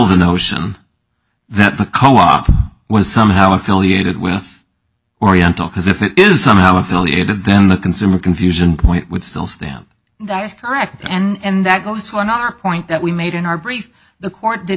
the notion that the co op was somehow affiliated with oriental because if it is somehow affiliated then the consumer confusion point with still stand that is correct and that goes to another point that we made in our brief the court did